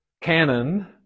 canon